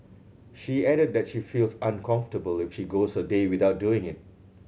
she added that she feels uncomfortable if she goes a day without doing it